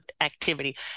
activity